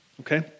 okay